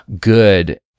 good